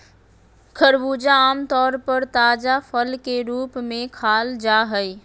खरबूजा आम तौर पर ताजा फल के रूप में खाल जा हइ